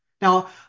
Now